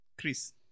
Chris